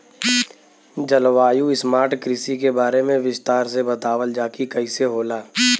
जलवायु स्मार्ट कृषि के बारे में विस्तार से बतावल जाकि कइसे होला?